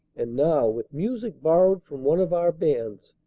and now, with music borrowed from one of our bands,